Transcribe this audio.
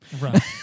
Right